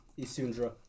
Isundra